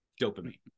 Dopamine